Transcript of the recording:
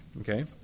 Okay